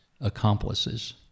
accomplices